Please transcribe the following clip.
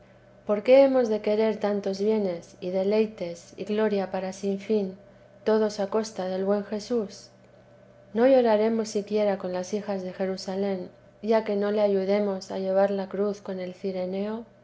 por qué hemos de querer tantos bienes y deleites y gloria para sin fin todos a costa del buen jesús no lloraremos siquiera con las hijas de jerusalén ya que no le ayudemos a llevar la cruz con el cirineo